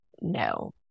no